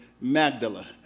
Magdala